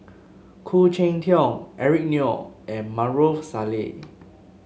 Khoo Cheng Tiong Eric Neo and Maarof Salleh